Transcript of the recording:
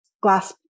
glass